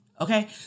Okay